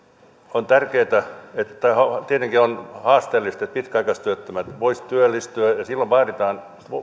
on tärkeää tietenkin on haasteellista että pitkäaikaistyöttömät voivat työllistyä silloin vaaditaan